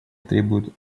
требует